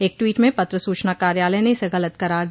एक ट्वीट में पत्र सूचना कार्यालय ने इसे गलत करार दिया